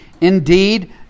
Indeed